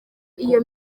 iyo